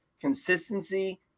consistency